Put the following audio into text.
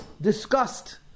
discussed